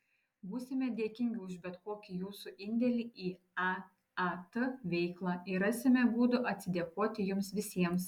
būsime dėkingi už bet kokį jūsų indėlį į aat veiklą ir rasime būdų atsidėkoti jums visiems